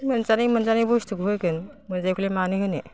मोनजानाय मोनजानाय बुस्थुखोबो होगोन मोनजायिखौलाय मानो होनो